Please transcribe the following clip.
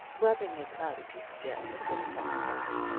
rubbing a cloudy piece of jet with a bit of soft cloth,